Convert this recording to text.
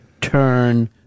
turn